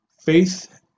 Faith